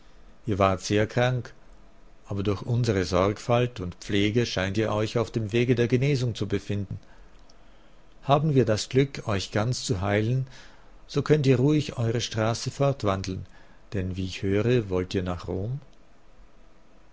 ihr wart sehr krank aber durch unsere sorgfalt und pflege scheint ihr euch auf dem wege der genesung zu befinden haben wir das glück euch ganz zu heilen so könnt ihr ruhig eure straße fortwandeln denn wie ich höre wollt ihr nach rom